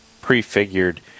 prefigured